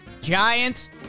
Giants